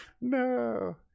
no